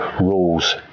rules